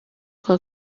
kuwa